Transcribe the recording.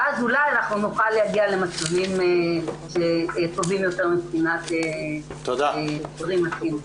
ואז אולי אנחנו נוכל להגיע למצבים טובים יותר מבחינת גברים מכים.